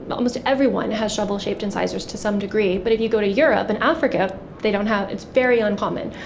but almost everyone has shovel shaped incisors to some degree, but if you go to europe and africa they don't have it, it's very uncommon.